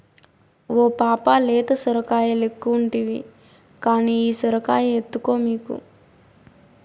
ఓ పాపా లేత సొరకాయలెక్కుంటివి కానీ ఈ సొరకాయ ఎత్తుకో మీకు